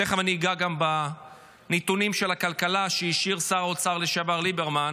תכף אני אגע גם בנתונים של הכלכלה שהשאיר שר האוצר לשעבר ליברמן,